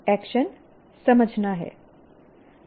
action समझना है